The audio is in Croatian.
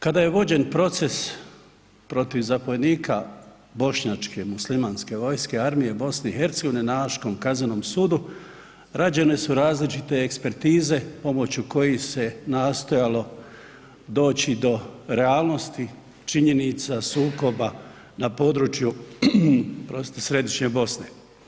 Kada je vođen proces protiv zapovjednika Bošnjačke muslimanske vojske Armije BiH na Haškom kaznenom sudu rađene su različite ekspertize pomoću kojih se nastojalo doći do realnosti, činjenica sukoba na području, oprostite, Središnje Bosne.